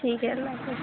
ٹھیک ہے اللہ حافظ